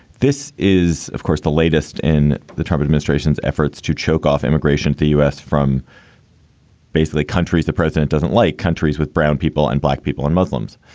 this is, of course, the latest in the trump administration's efforts to choke off immigration, the u s. from basically countries the president doesn't like, countries with brown people and black people and muslims.